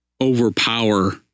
overpower